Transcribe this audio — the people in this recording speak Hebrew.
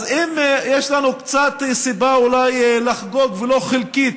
אז אם יש לנו קצת סיבה אולי לחגוג, ולו חלקית,